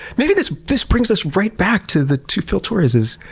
maybe this this brings us right back to the two phil torreses,